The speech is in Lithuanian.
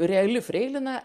reali freilina